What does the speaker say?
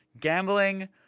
gambling